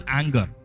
anger